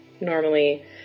normally